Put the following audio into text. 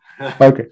Okay